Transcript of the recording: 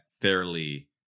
fairly